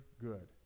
good